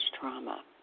trauma